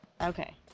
Okay